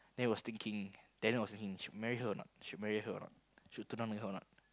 then he was thinking Daniel was thinking should marry her or not should marry her or not should marry her or not